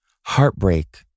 Heartbreak